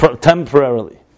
temporarily